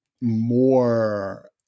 more